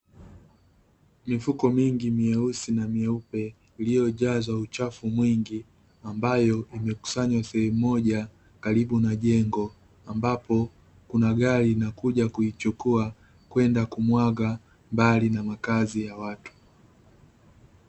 Mifuko mingi mieusi na mieupe iliyojazwa uchafu mwingi ambayo imekusanywa sehemu moja karibu na jengo. Ambapo kuna gari inakuja kuichukua kwenda kumwaga mbali na makazi ya watu.